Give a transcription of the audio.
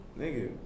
nigga